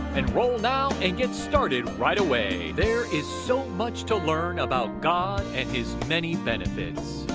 enroll now and get started right away! there is so much to learn about god and his many benefits.